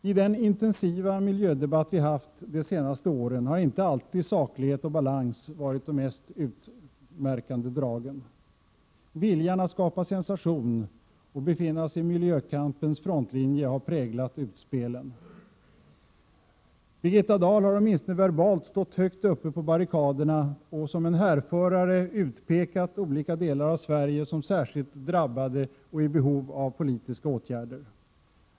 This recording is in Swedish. I den intensiva miljödebatt vi haft de senaste åren har inte alltid saklighet och balans varit de mest utmärkande dragen. Viljan att skapa sensation och befinna sig i miljökampens frontlinje har präglat utspelen. Birgitta Dahl har, åtminstone verbalt, stått högt uppe på barrikaderna och som en härförare utpekat olika delar av Sverige som särskilt drabbade och i behov av politiska åtgärder.